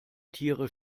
tiere